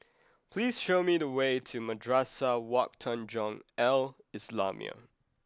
please show me the way to Madrasah Wak Tanjong Al Islamiah